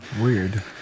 weird